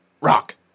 rock